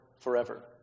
forever